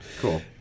Cool